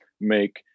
make